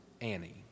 Annie